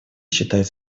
считает